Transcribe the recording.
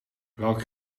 welk